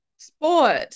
Sport